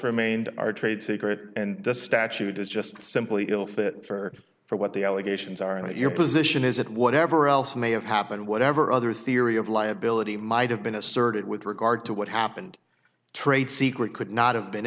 remained our trade secret and the statute is just simply ill fit for for what the allegations are and what your position is that whatever else may have happened whatever other theory of liability might have been asserted with regard to what happened trade secret could not have been